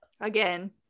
again